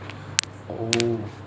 oh